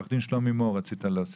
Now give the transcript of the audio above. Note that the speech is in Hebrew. שלומי מור רצה להוסיף.